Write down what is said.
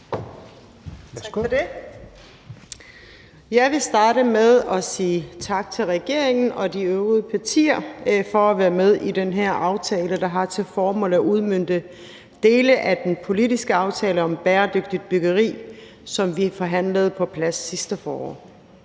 Jeg vil starte med at sige tak til regeringen og de øvrige partier for at være med i den her aftale, der har til formål at udmønte dele af den politiske aftale om bæredygtigt byggeri, som vi forhandlede på plads sidste forår.